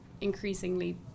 increasingly